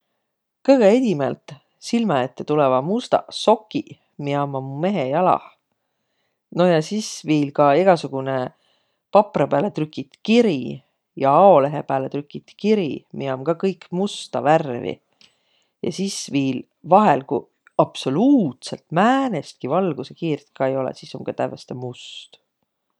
Kõgõ edimät silmä ette tulõvaq mustaq sokiq, miä ommaq mu mehe jalah. No ja sis viil ka egäsugunõ paprõ pääle trükit kiri ja aolehe pääle trükit kiri, miä om ka kõik musta värvi. Ja viil, vahel, ku absoluutsõlt määnestki valgusõkiirt ka ei olõq, sis om ka tävveste must.